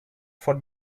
for